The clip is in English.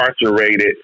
incarcerated